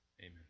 Amen